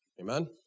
Amen